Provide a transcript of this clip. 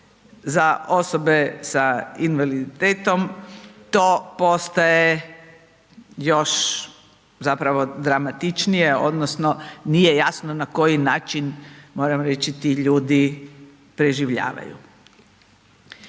za osobe s invaliditetom to postaje još zapravo dramatičnije, odnosno, nije jasno na koji način, moram reći ti ljudi preživljavaju.